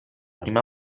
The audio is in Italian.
prima